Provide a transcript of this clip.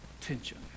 tension